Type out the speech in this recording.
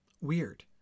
weird